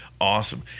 Awesome